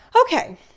Okay